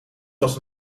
was